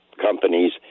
companies